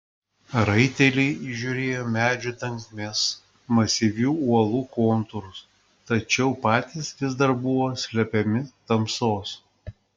raiteliai įžiūrėjo medžių tankmes masyvių uolų kontūrus tačiau patys vis dar buvo slepiami tamsos